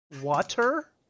water